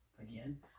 Again